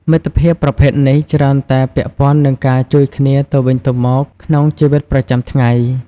មិត្តភាពប្រភេទនេះច្រើនតែពាក់ព័ន្ធនឹងការជួយគ្នាទៅវិញទៅមកក្នុងជីវិតប្រចាំថ្ងៃ ។